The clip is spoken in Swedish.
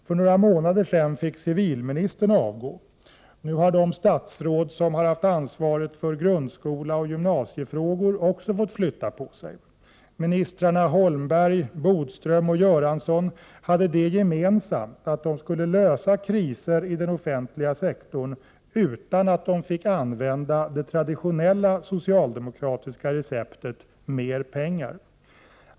För några månader sedan fick civilministern avgå. Nu har de statsråd som har haft ansvaret för grundskoleoch gymnasiefrågor också fått flytta på sig. Ministrarna Holmberg, Bodström och Göransson hade det gemensamt att de skulle lösa kriser i den offentliga sektorn, utan att de fick använda det traditionella socialdemokratiska receptet — mer pengar.